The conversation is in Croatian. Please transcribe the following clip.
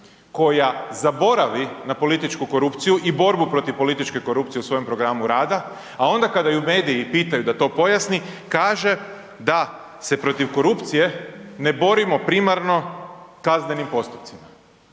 koja zaboravi na političku korupciju i borbu protiv političke korupcije u svojem programu rada, a onda kada ju mediji pitaju da to pojasni kaže da se protiv korupcije ne borimo primarno kaznenim postupcima.